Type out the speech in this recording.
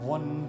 One